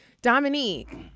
Dominique